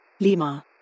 Lima